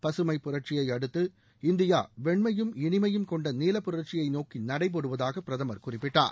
பசுமைப்புரட்சியை அடுத்து இந்தியா வெண்மையும் இனிமையும் கொண்ட நீலப்புரட்சியை நோக்கி நாடு நடை போடுவதாக பிரதமர் குறிப்பிட்டார்